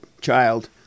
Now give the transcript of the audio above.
child